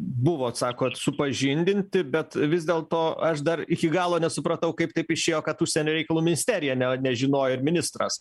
buvot sakot supažindinti bet vis dėlto aš dar iki galo nesupratau kaip taip išėjo kad užsienio reikalų ministerija ne nežinojo ir ministras